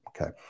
okay